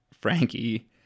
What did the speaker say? frankie